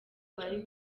bari